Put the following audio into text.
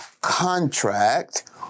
contract